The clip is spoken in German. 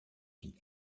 die